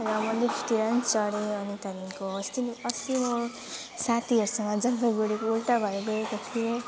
र म लिफ्टतिर पनि चढेँ अनि त्यहाँदेखिको अस्ति नै अस्ति म साथीहरूसँग जलपाइगुडीको उल्टा घर गएको थिएँ